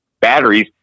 batteries